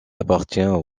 appartient